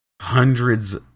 hundreds